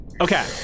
Okay